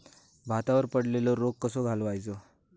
भातावर पडलेलो रोग कसो घालवायचो?